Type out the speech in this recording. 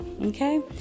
okay